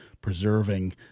preserving